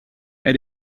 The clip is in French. elle